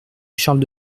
charles